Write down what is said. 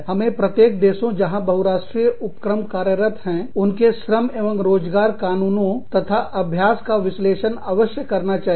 हमें प्रत्येक देशोंजहां बहुराष्ट्रीय उपक्रम कार्यरत है उनके श्रम एवं रोजगार कानूनों तथा अभ्यास का विश्लेषण अवश्य करना चाहिए